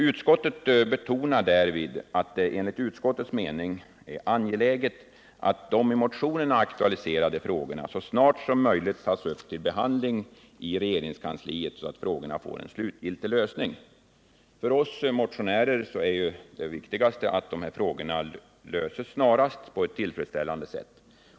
Utskottet säger att det enligt utskottets mening är angeläget att de i motionerna aktualiserade frågorna så snart som möjligt tas upp till behandling i regeringskansliet så att de får en slutgiltig lösning. För oss motionärer är det viktigaste att frågorna snarast löses på ett tillfredsställande sätt.